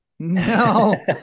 No